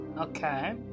Okay